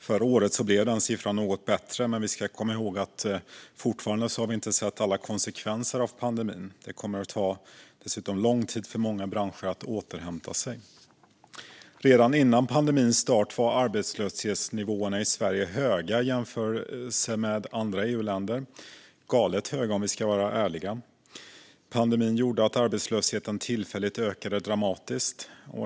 Förra året blev den siffran något bättre, men vi ska komma ihåg att vi fortfarande inte har sett alla konsekvenser av pandemin. Det kommer dessutom att ta lång tid för många branscher att återhämta sig. Redan innan pandemins start var arbetslöshetsnivåerna i Sverige höga i jämförelse med andra EU-länder - galet höga, om vi ska vara ärliga. Pandemin gjorde att arbetslösheten tillfälligt ökade dramatiskt.